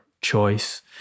choice